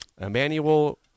Emmanuel